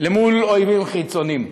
לעומת אויבים חיצוניים,